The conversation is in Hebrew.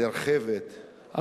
נרחבת,